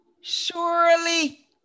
surely